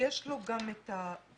ויש לו גם את האומץ